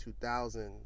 2000s